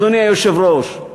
אדוני היושב-ראש.